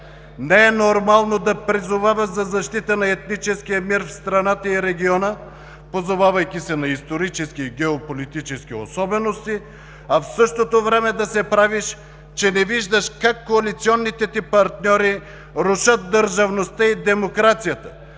Не е нормално да призоваваш за защита на етническия мир в страната и региона, позовавайки се на исторически и геополитически особености, а в същото време да се правиш, че не виждаш как коалиционните ти партньори рушат държавността и демокрацията,